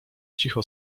cicho